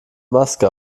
maske